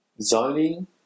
zoning